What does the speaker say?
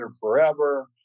forever